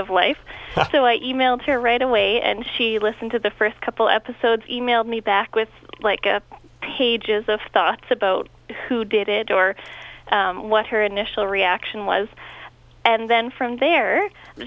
life so i emailed her right away and she listened to the first couple episodes emailed me back with like pages of thoughts about who did it or what her initial reaction was and then from there